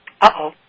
Uh-oh